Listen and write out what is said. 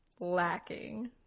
lacking